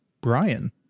Brian